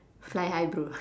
fly high bro